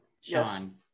sean